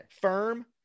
firm